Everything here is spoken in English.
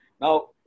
Now